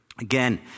Again